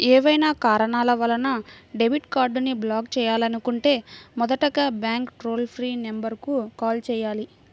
ఏవైనా కారణాల వలన డెబిట్ కార్డ్ని బ్లాక్ చేయాలనుకుంటే మొదటగా బ్యాంక్ టోల్ ఫ్రీ నెంబర్ కు కాల్ చేయాలి